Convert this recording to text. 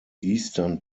eastern